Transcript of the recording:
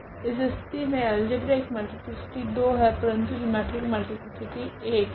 इस स्थिति मे अल्जेब्रिक मल्टीप्लीसिटी 2 है परंतु जिओमेट्रिक मल्टीप्लीसिटी 1 है